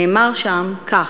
נאמר שם כך: